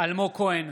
אלמוג כהן,